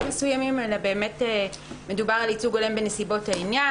מסוימים אלא באמת מדובר על ייצוג הולם בנסיבות העניין.